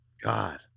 God